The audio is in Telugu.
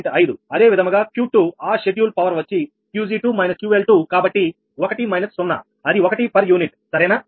5 అదే విధముగా Q2 ఆ షెడ్యూల్ పవర్ వచ్చి 𝑄𝑔2 − 𝑄𝐿2 కాబట్టి 1 −0 అది 1పర్ యూనిట్ సరేనా